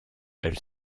elle